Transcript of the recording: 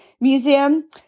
Museum